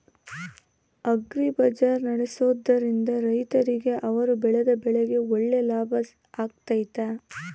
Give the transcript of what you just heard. Agri bazaar ನಡೆಸ್ದೊರಿಂದ ರೈತರಿಗೆ ಅವರು ಬೆಳೆದ ಬೆಳೆಗೆ ಒಳ್ಳೆ ಲಾಭ ಆಗ್ತೈತಾ?